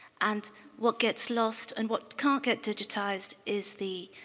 and what gets lost and what can't get digitized is the